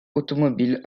automobile